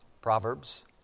Proverbs